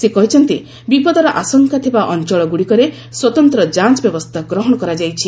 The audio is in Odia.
ସେ କହିଛନ୍ତି ବିପଦର ଆଶଙ୍କା ଥିବା ଅଞ୍ଚଳଗୁଡ଼ିକରେ ସ୍ୱତନ୍ତ୍ର ଯାଞ୍ଚ ବ୍ୟବସ୍ଥା ଗ୍ରହଣ କରାଯାଇଛି